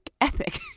ethic